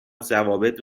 ضوابط